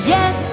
Yes